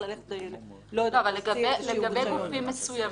לגבי גופים מסוימים,